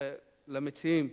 למציעים,